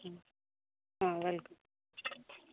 welcome